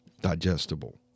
digestible